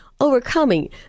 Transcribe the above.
overcoming